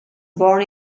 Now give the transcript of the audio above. born